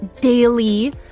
daily